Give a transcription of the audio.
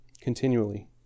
continually